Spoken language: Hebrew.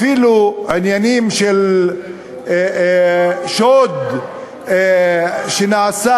אפילו עניינים של שוד שנעשה,